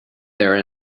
there